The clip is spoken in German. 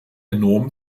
enorm